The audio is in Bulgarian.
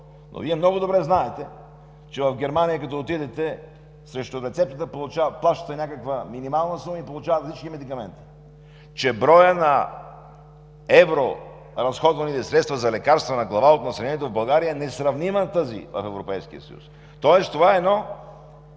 но Вие много добре знаете, че като отидете в Германия, срещу рецептата плащате някаква минимална сума и получавате всички медикаменти; че броят на евроразходваните средства за лекарства на глава от населението в България е несравним с тези в Европейския съюз, тоест това е едно